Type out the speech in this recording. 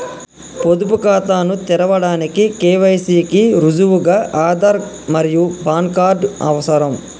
పొదుపు ఖాతాను తెరవడానికి కే.వై.సి కి రుజువుగా ఆధార్ మరియు పాన్ కార్డ్ అవసరం